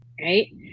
right